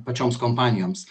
pačioms kompanijoms